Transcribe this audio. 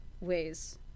ways